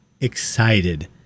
excited